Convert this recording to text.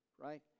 right